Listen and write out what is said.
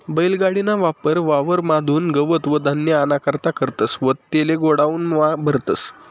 बैल गाडी ना वापर वावर म्हादुन गवत व धान्य आना करता करतस व तेले गोडाऊन म्हा भरतस